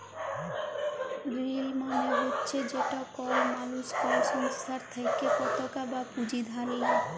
ঋল মালে হছে যেট কল মালুস কল সংস্থার থ্যাইকে পতাকা বা পুঁজি ধার লেই